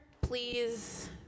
Please